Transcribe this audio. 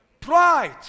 Pride